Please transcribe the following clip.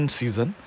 season